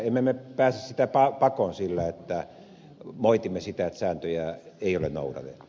emme me pääse sitä pakoon sillä että moitimme että sääntöjä ei ole noudatettu